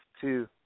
two